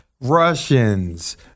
Russians